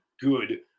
good